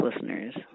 listeners